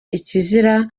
ikizira